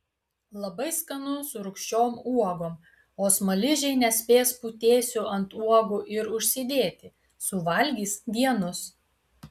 labai skanu su rūgščiom uogom o smaližiai nespės putėsių ant uogų ir užsidėti suvalgys vienus